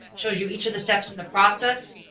shows you each of the steps in the process.